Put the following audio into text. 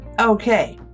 Okay